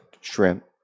shrimp